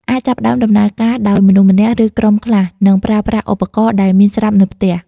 អាចចាប់ផ្តើមដំណើរការដោយមនុស្សម្នាក់ ឬក្រុមខ្លះ និងប្រើប្រាស់ឧបករណ៍ដែលមានស្រាប់នៅផ្ទះ។